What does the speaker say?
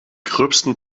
gröbsten